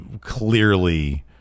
clearly